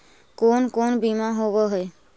कोन कोन बिमा होवय है?